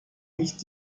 nicht